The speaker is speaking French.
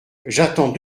j’attends